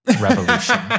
revolution